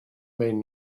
main